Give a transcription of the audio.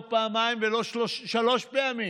לא פעמיים ולא שלוש פעמים.